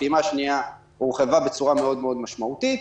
הפעימה השנייה הורחבה בצורה מאוד-מאוד משמעותית.